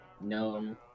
No